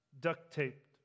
duct-taped